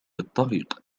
الطريق